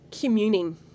communing